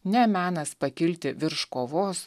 ne menas pakilti virš kovos